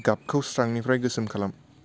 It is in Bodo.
गाबखौ स्रांनिफ्राय गोसोम खालाम